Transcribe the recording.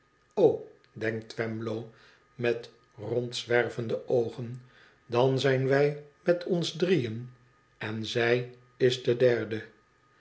o denkt twemlow met rondzwervende oogen dan zijn wij met ons drieën en zij is de derde